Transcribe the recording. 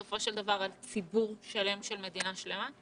בסופו של דבר, על ציבור שלם של מדינה שלמה?